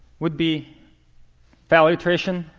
would be value iteration,